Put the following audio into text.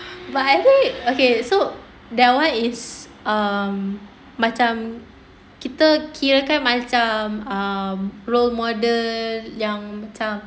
but I heard okay so that one is um macam kita kirakan macam uh role model yang macam